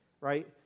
right